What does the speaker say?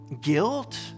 guilt